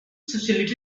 such